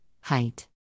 height